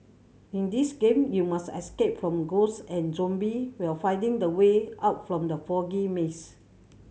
in this game you must escape from ghosts and zombie while finding the way out from the foggy maze